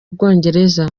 bwongereza